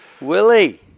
Willie